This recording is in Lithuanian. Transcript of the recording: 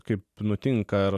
kaip nutinka ir